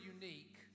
unique